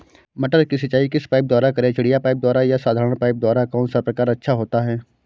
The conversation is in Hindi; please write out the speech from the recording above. मटर की सिंचाई किस पाइप द्वारा करें चिड़िया पाइप द्वारा या साधारण पाइप द्वारा कौन सा प्रकार अच्छा होता है?